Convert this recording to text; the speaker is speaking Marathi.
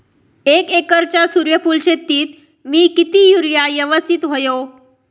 एक एकरच्या सूर्यफुल शेतीत मी किती युरिया यवस्तित व्हयो?